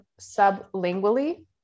sublingually